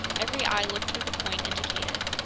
every eye looked toward the point indicated.